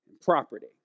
property